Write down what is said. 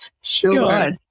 Sure